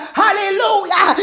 hallelujah